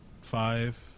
five